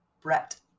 Brett